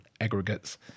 aggregates